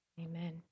amen